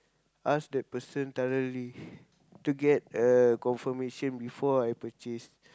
ask the person thoroughly to get a confirmation before I purchase